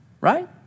right